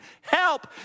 help